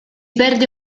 perde